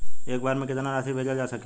एक बार में केतना राशि भेजल जा सकेला?